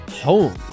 home